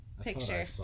picture